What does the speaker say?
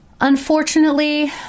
Unfortunately